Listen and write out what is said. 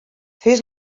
fes